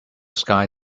sky